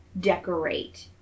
decorate